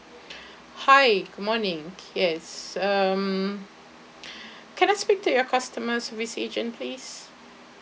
hi good morning yes um can I speak to your customer service agent please